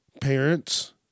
Parents